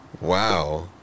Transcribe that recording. Wow